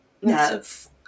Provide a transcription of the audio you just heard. yes